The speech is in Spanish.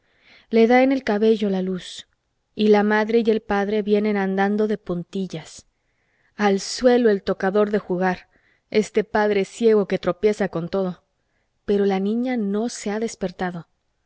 le da en el cabello la luz y la madre y el padre vienen andando de puntillas al suelo el tocador de jugar este padre ciego que tropieza con todo pero la niña no se ha despertado